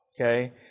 Okay